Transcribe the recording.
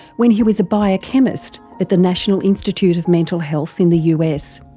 when he was a biochemist at the national institute of mental health in the us.